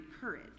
courage